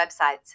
websites